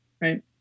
right